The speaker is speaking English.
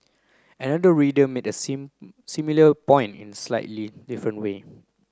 another reader made a same similar point in a slightly different way